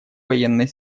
военной